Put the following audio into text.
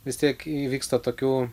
vis tiek įvyksta tokių